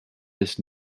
this